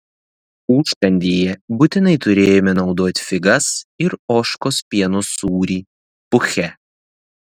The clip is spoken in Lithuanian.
užkandyje būtinai turėjome naudoti figas ir ožkos pieno sūrį buche